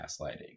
gaslighting